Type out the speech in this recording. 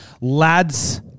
Lads